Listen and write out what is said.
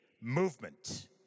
movement